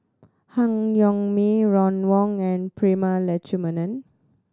Han Yong May Ron Wong and Prema Letchumanan